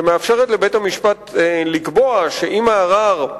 שמאפשרת לבית-המשפט לקבוע שאם הערר,